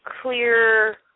clear